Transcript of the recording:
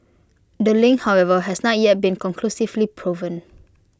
the link however has not yet been conclusively proven